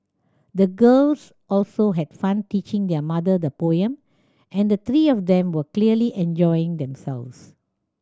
the girls also had fun teaching their mother the poem and the three of them were clearly enjoying themselves